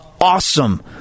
awesome